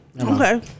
Okay